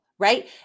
Right